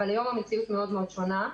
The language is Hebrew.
אבל היום המציאות שונה מאוד.